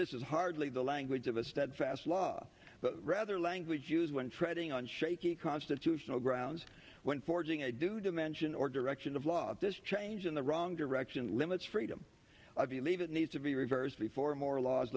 this is hardly the language of a steadfast law but rather language use when treading on shaky constitutional grounds when forging a do dimension or direction of law this change in the wrong direction limits freedom of the leave it needs to be reversed before more laws